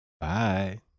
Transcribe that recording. Bye